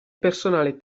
personale